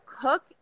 cook